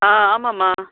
ஆ ஆமாம்மா